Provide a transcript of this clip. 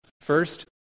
First